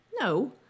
No